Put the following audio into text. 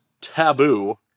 taboo